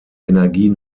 energie